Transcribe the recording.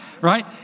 right